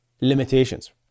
limitations